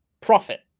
profit